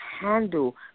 handle